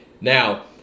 Now